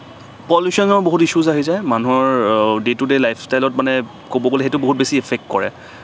পলিউশ্যনৰ বহুত ইশ্বুছ আহি যায় মানুহৰ ডে টু ডে লাইফষ্টাইলত মানে ক'ব গ'লে সেইটো বহুত বেছি ইফেক্ট কৰে